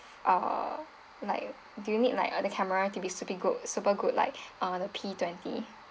uh like do you need like uh the camera to be sup~ good super good like uh the P twenty